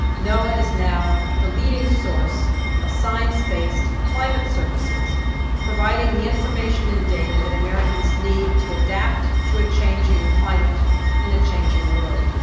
noaa is now the leading source of science-based climate services providing the information and data that americans need to adapt to a changing climate and a changing world.